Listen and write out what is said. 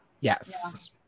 Yes